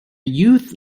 youth